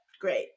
Great